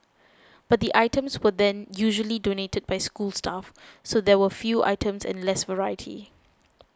but the items were then usually donated by school staff so there were few items and less variety